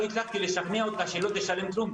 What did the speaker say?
לא הצלחתי לשכנע אותה שלא תשלם כלום,